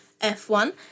F1